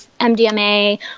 mdma